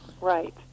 Right